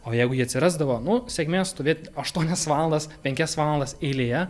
o jeigu ji atsirasdavo nu sėkmės stovėt aštuonias valandas penkias valandas eilėje